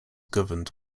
governed